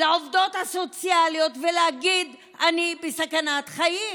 לעובדות הסוציאליות, ולהגיד: אני בסכנת חיים.